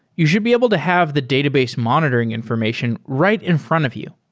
you should be able to have the database monitoring information right in front of you.